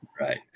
Right